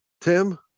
Tim